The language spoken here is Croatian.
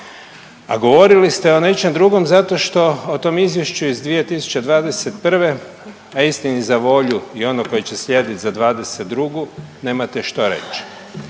a govorili ste o nečem drugom zato što o tom izvješću iz 2021. a istini za volju i onog koji će slijediti za 2022. nemate što reći.